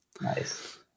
Nice